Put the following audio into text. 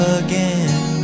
again